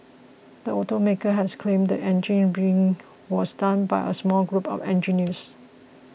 the automaker has claimed the engine rigging was done by a small group of engineers